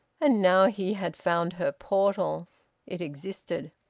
and now he had found her portal it existed.